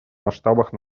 масштабах